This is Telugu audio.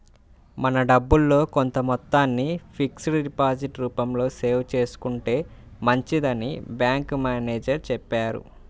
మన డబ్బుల్లో కొంత మొత్తాన్ని ఫిక్స్డ్ డిపాజిట్ రూపంలో సేవ్ చేసుకుంటే మంచిదని బ్యాంకు మేనేజరు చెప్పారు